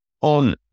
on